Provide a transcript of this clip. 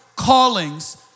callings